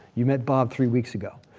you met bob three weeks ago,